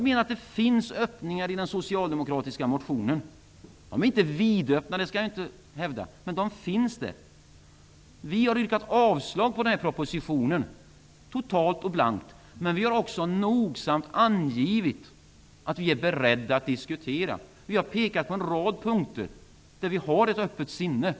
Det finns öppningar i den socialdemokratiska motionen. Det är inte fråga om en vidöppen dörr, men det finns i alla fall öppningar. Vi har yrkat blankt avslag på hela propositionen. Men vi har också nogsamt angivit att vi är beredda att diskutera. Vi har pekat på en rad punkter där vi har ett öppet sinne.